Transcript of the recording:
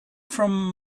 from